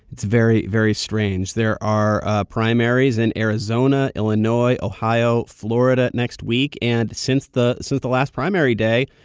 it's very, very strange. there are ah primaries in arizona, illinois, ohio, florida next week. and since the since the last primary day,